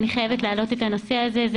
אני חייבת להעלות את הנושא הזה.